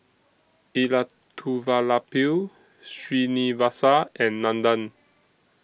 Elattuvalapil Srinivasa and Nandan